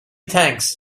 thanks